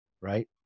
right